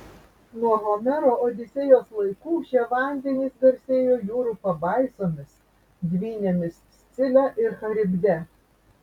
nuo homero odisėjos laikų šie vandenys garsėjo jūrų pabaisomis dvynėmis scile ir charibde